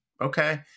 okay